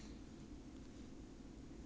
I'm not hungry